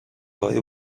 های